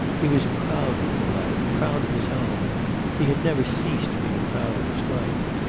he was proud of delight, proud of his home he had never ceased being proud of his wife.